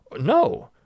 No